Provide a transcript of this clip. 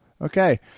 Okay